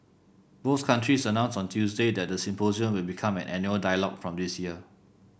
both countries announced on Tuesday that the symposium will become an annual dialogue from this year